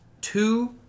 two